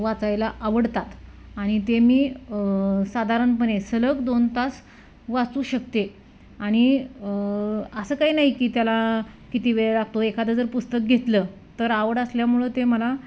वाचायला आवडतात आणि ते मी साधारणपणे सलग दोन तास वाचू शकते आणि असं काही नाही की त्याला किती वेळ लागतो एखादं जर पुस्तक घेतलं तर आवड असल्यामुळं ते मला